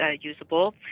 usable